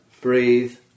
breathe